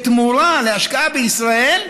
בתמורה להשקעה בישראל,